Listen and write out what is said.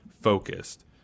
focused